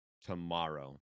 tomorrow